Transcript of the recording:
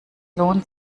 lohnt